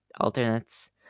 alternates